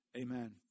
Amen